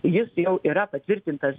jis jau yra patvirtintas